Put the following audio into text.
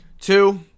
Two